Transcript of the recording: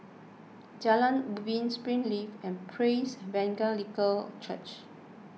Jalan Ubin Springleaf and Praise Evangelical Church